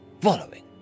following